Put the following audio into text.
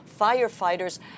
firefighters